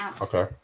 Okay